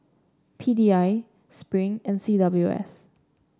P D I Spring and C W S